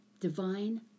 Divine